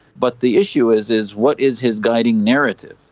but the issue is is what is his guiding narrative?